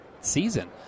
season